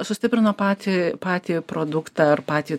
sustiprino patį patį produktą ar patį